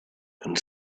and